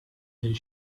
their